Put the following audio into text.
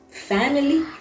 family